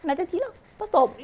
nine thirty lah bus stop